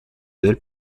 del